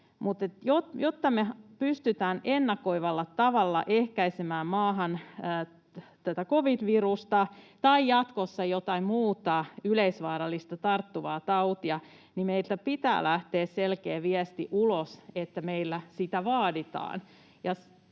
jotta me pystytään ennakoivalla tavalla ehkäisemään tätä covid-virusta tai jatkossa jotain muuta yleisvaarallista tarttuvaa tautia, niin meiltä pitää lähteä selkeä viesti ulos, että meillä sitä vaaditaan.